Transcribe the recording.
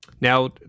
Now